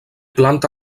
planta